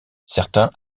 certains